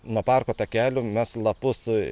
nuo parko takelių mes lapus